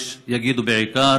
ויש שיגידו בעיקר,